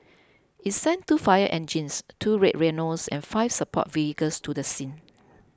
it sent two fire engines two Red Rhinos and five support vehicles to the scene